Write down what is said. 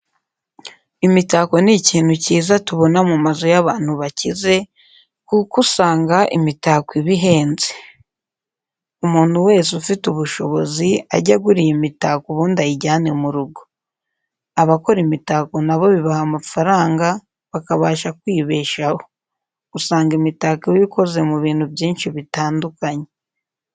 Imitako ni ikintu cyiza tubona mu mazu y'abantu bakize, kuko usanga imitako iba ihenze. Umuntu wese ufite ubushobozi ajye agura iyi mitako ubundi ayijyane mu rugo. Abakora imitako na bo bibaha amafaranga bakabasha kwibeshaho. Usanga imitako iba ikoze mu bintu byinshi bitandukanye.